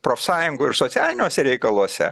profsąjungų ir socialiniuose reikaluose